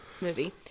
movie